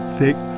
thick